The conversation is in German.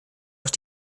auch